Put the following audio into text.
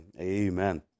Amen